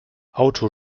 auto